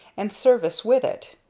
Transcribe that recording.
and service with it.